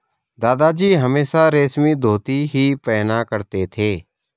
दादाजी हमेशा रेशमी धोती ही पहना करते थे